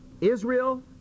Israel